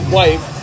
wife